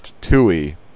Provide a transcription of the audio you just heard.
Tui